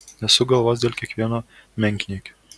nesuk galvos dėl kiekvieno menkniekio